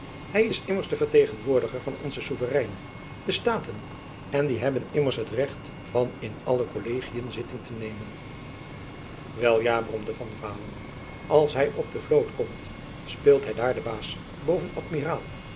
hy is immers de vertegenwoordiger van onze soevereinen de staten en die hebben immers het recht van in alle kollegiën zitting te nemen wel ja bromde van vaalen als hy op de vloot komt speelt hy daar den baas boven amiraal